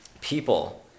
people